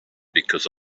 because